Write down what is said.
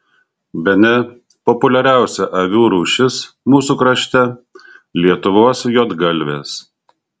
bene populiariausia avių rūšis mūsų krašte lietuvos juodgalvės